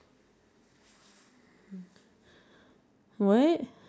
I mean if I'm the one who is uh if I'm the only one who's swimming